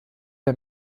der